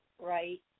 right